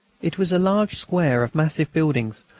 it was a large square of massive buildings,